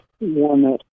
one